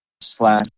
slash